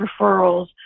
referrals